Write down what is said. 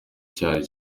icyari